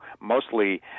mostly